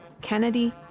Kennedy